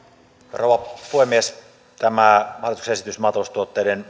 rouva puhemies tämä hallituksen esitys maataloustuotteiden